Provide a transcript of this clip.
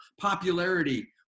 popularity